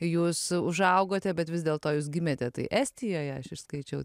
jūs užaugote bet vis dėlto jūs gimėte tai estijoje aš išskaičiau